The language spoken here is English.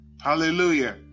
hallelujah